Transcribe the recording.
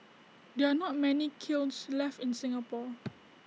there are not many kilns left in Singapore